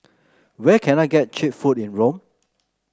where can I get cheap food in Rome